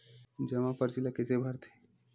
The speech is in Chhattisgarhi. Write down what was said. जमा परची ल कइसे भरथे?